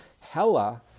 Hella